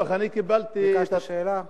ביקשת שאלה.